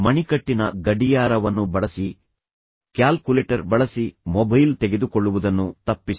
ಮಣಿಕಟ್ಟಿನ ಗಡಿಯಾರವನ್ನು ಬಳಸಿ ಕ್ಯಾಲ್ಕುಲೇಟರ್ ಬಳಸಿ ಮೊಬೈಲ್ ತೆಗೆದುಕೊಳ್ಳುವುದನ್ನು ತಪ್ಪಿಸಿ